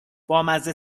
بامزه